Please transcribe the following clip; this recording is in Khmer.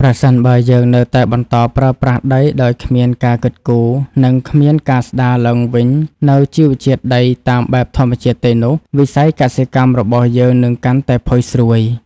ប្រសិនបើយើងនៅតែបន្តប្រើប្រាស់ដីដោយគ្មានការគិតគូរ និងគ្មានការស្ដារឡើងវិញនូវជីវជាតិដីតាមបែបធម្មជាតិទេនោះ វិស័យកសិកម្មរបស់យើងនឹងកាន់តែផុយស្រួយ។